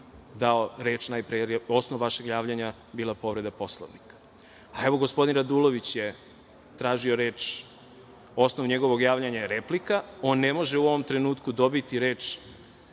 dao reč, jer je osnov vašeg javljanja bila povreda Poslovnika. Gospodin Radulović je tražio reč, osnov njegovog javljanja je replika, on ne može u ovom trenutku dobiti reč